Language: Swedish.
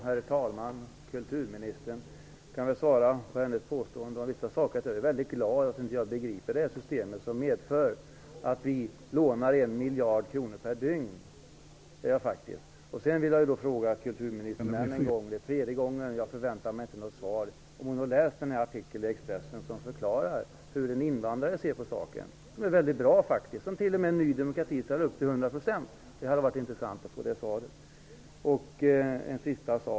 Herr talman! Som svar på kulturministerns påstående vill jag säga att jag är väldigt glad över att jag inte begriper detta system, som medför att vi lånar 1 miljard kronor per dygn. Jag vill för tredje gången fråga kulturministern -- men jag väntar mig inte något svar -- om hon har läst artikeln i Expressen, som förklarar hur en invandrare ser på saken. Den är faktiskt väldigt bra, och Ny demokrati instämmer till 100 %.